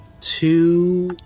two